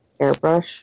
airbrush